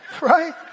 right